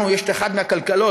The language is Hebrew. לנו יש אחת מהכלכלות,